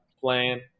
playing